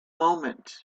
moment